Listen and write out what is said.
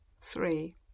Three